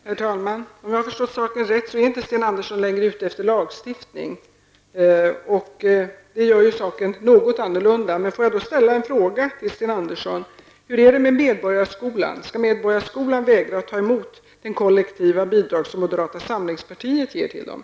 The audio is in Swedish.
Herr talman! Om jag har förstått saken rätt är inte Sten Andersson i Malmö längre ute efter lagstiftning. Det gör saken något annorlunda. Medborgarskolan vägra att ta emot de kollektiva bidrag som moderata samlingspartiet ger den?